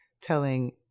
telling